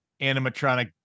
animatronic